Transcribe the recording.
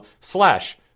slash